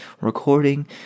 recording